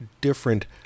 different